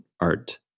art